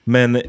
Men